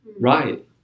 Right